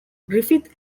griffith